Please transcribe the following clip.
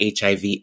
HIV